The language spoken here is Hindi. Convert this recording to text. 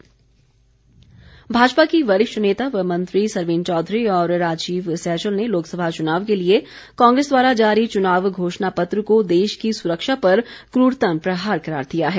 सरवीण चौधरी भाजपा की वरिष्ठ नेता व मंत्री सरवीण चौधरी और राजीव सैजल ने लोकसभा चुनाव के लिए कांग्रेस द्वारा जारी चुनाव घोषणा पत्र को देश की सुरक्षा पर क्ररतम प्रहार करार दिया है